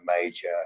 major